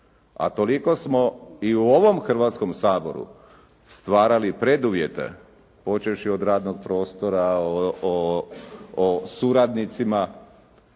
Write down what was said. A toliko smo i u ovom Hrvatskom saboru stvarali preduvjete počevši od radnog prostora, o suradnicima.